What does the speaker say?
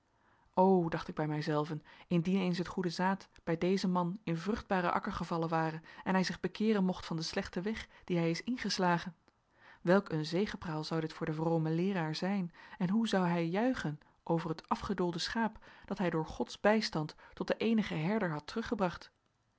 o dacht ik bij mijzelven indien eens het goede zaad bij dezen man in vruchtbaren akker gevallen ware en hij zich bekeeren mocht van den slechten weg dien hij is ingeslagen welk een zegepraal zou dit voor den vromen leeraar zijn en hoe zou hij juichen over het afgedoolde schaap dat hij door gods bijstand tot den eenigen herder had teruggebracht